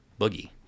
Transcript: boogie